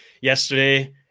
yesterday